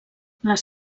les